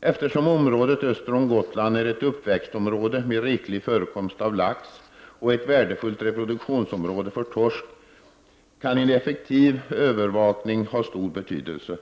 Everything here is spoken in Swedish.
Eftersom området öster om Gotland är ett uppväxtområde med riklig förekomst av lax och ett värdefullt reproduktionsområde för torsk, kan en effektiv övervakning ha stor betydelse.